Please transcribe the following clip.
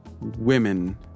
Women